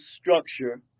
structure